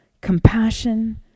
compassion